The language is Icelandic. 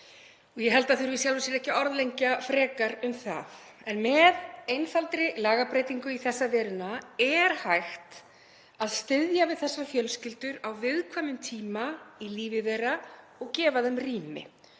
Ég held að það þurfi í sjálfu sér ekki að orðlengja frekar um það. Með einfaldri lagabreytingu í þessa veruna er hægt að styðja við þessar fjölskyldur á viðkvæmum tíma í lífi þeirra og gefa þeim rými.